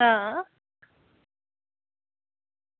आं